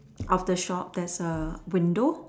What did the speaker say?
of the shop there is a window